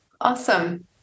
Awesome